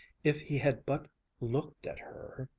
if he had but looked at her.